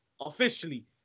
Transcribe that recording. Officially